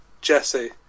Jesse